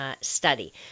study